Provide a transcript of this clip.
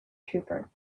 trooper